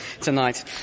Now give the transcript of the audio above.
tonight